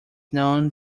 known